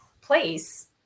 place